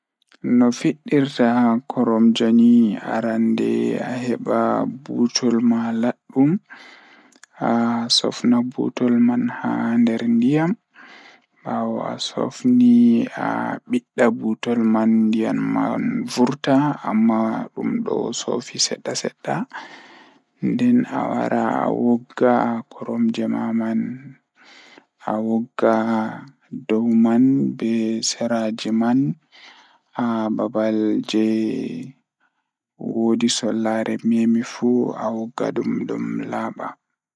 Fota waawaa njiddaade caɗeele ngam njillataa nder dow furniture ngal. Njidi ndiyam e siki ngam sabu fiyaangu e ɗe jooɗi. Fowrude ko kaŋko, njillataa waɗi waɗde no njiddaade ndiyam ngal.